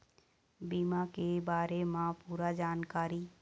बीमा के बारे म पूरा जानकारी?